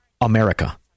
America